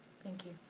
thank you.